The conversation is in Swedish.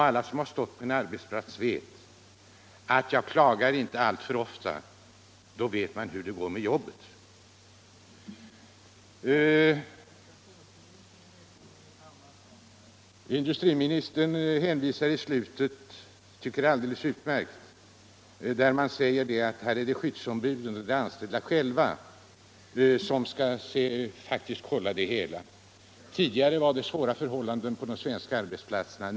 Alla som har stått på en arbetsplats känner till att man under sådana förhållanden — Nr 132 inte klagar alltför ofta — då vet man inte hur det går med jobbet. Torsdagen den Industriministern sade i slutet av svaret — och det tycker jag är alldeles 20 maj 1976 utmärkt — att det är skyddsombuden och de anställda själva som skall Le kontrollera att bestämmelserna följs. Tidigare rådde det svåra förhåHlan Om dtgärder för att den på de svenska arbetsplatserna.